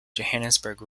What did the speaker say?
johannesburg